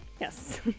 Yes